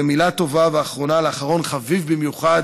מילה טובה ואחרונה לאחרון חביב במיוחד,